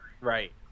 Right